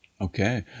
Okay